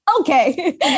okay